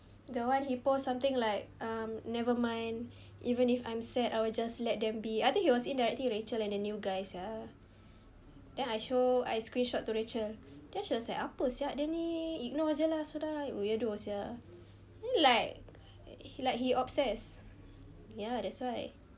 the one he post something like um nevermind even if I'm sad I will just let them be I think he was indirectly rachel and the new guy sia then I show I screenshot to rachel then she was an apa sia dia ini ignore jer lah sudah weirdo sia rilek like he obsessed ya that's why